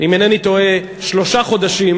אם אינני טועה, שלושה חודשים,